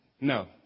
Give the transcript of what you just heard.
No